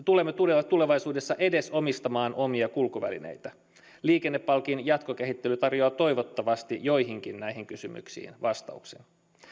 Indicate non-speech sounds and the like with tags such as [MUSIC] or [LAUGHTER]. [UNINTELLIGIBLE] tulemme tulevaisuudessa edes omistamaan omia kulkuvälineitä liikennepalkin jatkokehittely tarjoaa toivottavasti joihinkin näihin kysymyksiin vastauksen